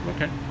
Okay